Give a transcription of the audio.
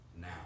now